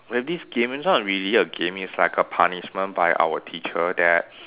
we have this game it's not really a game it's like a punishment by our teacher that